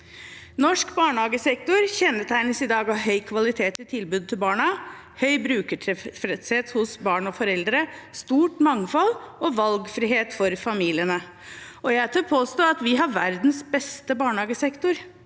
Norsk barnehagesektor kjennetegnes i dag av høy kvalitet i tilbudet til barna, høy brukertilfredshet hos barn og foreldre, stort mangfold og valgfrihet for familiene. Jeg tør påstå at vi har verdens beste barnehagesektor.